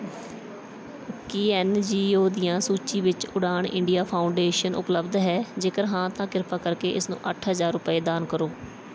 ਕੀ N G O ਦੀਆਂ ਸੂਚੀ ਵਿੱਚ ਉਡਾਣ ਇੰਡੀਆ ਫਾਊਂਡੇਸ਼ਨ ਉਪਲੱਬਧ ਹੈ ਜੇਕਰ ਹਾਂ ਤਾਂ ਕਿਰਪਾ ਕਰਕੇ ਇਸ ਨੂੰ ਅੱਠ ਹਜ਼ਾਰ ਰੁਪਏ ਦਾਨ ਕਰੋ